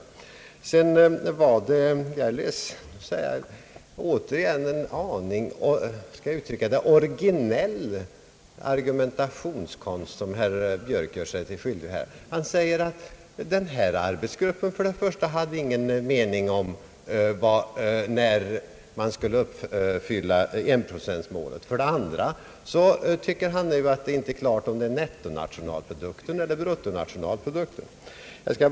Jag är ledsen att återigen behöva säga att det är en originell argumentationskonst som herr Björk gör sig skyldig till. Han säger att vår arbetsgrupp inte hade någon mening om när man skulle uppfylla enprocentmålet. Vidare tycker han nu att det inte står klart om det är nettonatio nalprodukten eller bruttonationalprodukten vi avser.